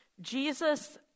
Jesus